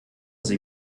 sie